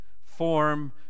form